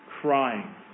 crying